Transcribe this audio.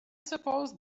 suppose